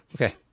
Okay